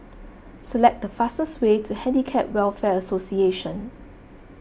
select the fastest way to Handicap Welfare Association